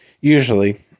usually